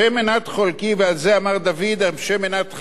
ועל זה אמר דוד: ה' מנת חלקי וכוסי,